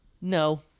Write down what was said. No